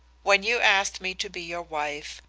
when you asked me to be your wife,